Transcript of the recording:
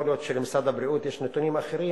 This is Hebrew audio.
יכול להיות שלמשרד הבריאות יש נתונים אחרים,